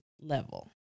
level